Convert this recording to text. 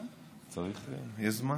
יש זמן?